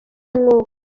umwuka